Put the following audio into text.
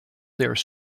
there